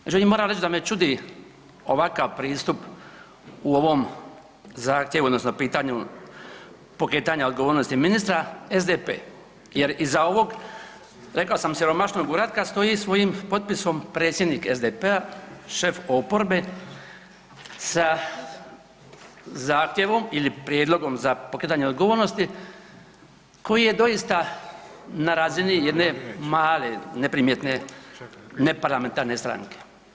Međutim, moram reći da me čudi ovakav pristup u ovom zahtjevu odnosno pitanju pokretanja odgovornosti ministra SDP jer iza ovog rekao sam siromašnog uratka stoji svojim potpisom predsjednik SDP-a, šef oporbe sa zahtjevom ili prijedlogom za pokretanje odgovornosti koji je doista na razini jedne male jedne neprimjetne neparlamentarne stranke.